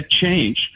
change